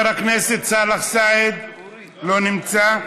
לא נמצא,